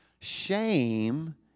Shame